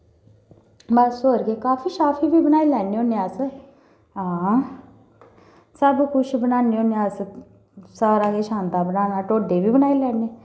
बस होर केह् काफ़ी शाफ़ी बी बनाई लैन्ने होन्ने अस हां सब कुछ बनान्ने होन्ने अस सारा किश आंदा बनाना ढोडे बी बनाई लैन्ने